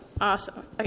Awesome